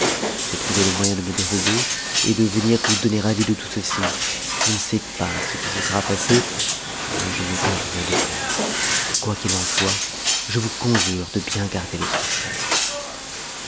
j'ai trouvé le moyen de me dérober et de venir vous donner avis de tout ceci je ne sais pas ce qui se sera passé mais je n'en augure rien de bon quoi qu'il en soit je vous conjure de bien garder le secret